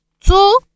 Two